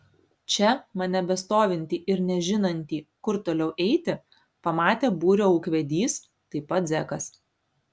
čia mane bestovintį ir nežinantį kur toliau eiti pamatė būrio ūkvedys taip pat zekas